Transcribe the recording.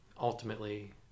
ultimately